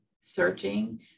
searching